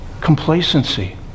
complacency